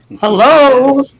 Hello